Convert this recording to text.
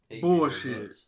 Bullshit